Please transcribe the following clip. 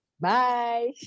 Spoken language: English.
Bye